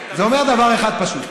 זה אומר דבר אחד פשוט.